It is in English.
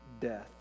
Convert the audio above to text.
death